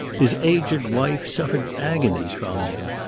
his aged wife suffered agonies from him.